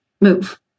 move